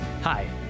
Hi